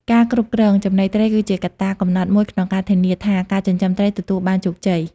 ការគ្រប់គ្រង ចំណីត្រី គឺជាកត្តាកំណត់មួយក្នុងការធានាថាការចិញ្ចឹមត្រីទទួលបានជោគជ័យ។